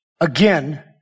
again